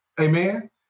Amen